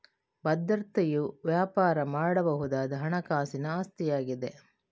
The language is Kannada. ಭದ್ರತೆಯು ವ್ಯಾಪಾರ ಮಾಡಬಹುದಾದ ಹಣಕಾಸಿನ ಆಸ್ತಿಯಾಗಿದೆ